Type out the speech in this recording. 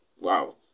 Wow